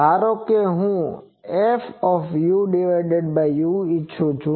ધારો કે હું fu ઇચ્છું છું